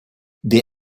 der